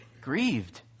Grieved